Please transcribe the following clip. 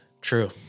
True